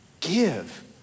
Give